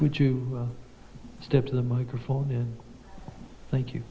would you step to the microphone thank you